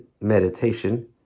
meditation